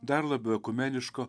dar labiau ekumeniška